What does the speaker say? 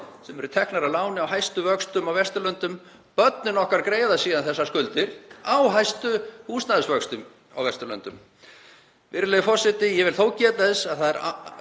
sem eru teknar að láni á hæstu vöxtum á Vesturlöndum. Börnin okkar greiða síðan þessar skuldir á hæstu húsnæðisvöxtum á Vesturlöndum. Virðulegi forseti. Ég vil þó geta þess að það er